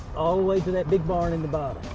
all the way to that big barn in the bottom.